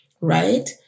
right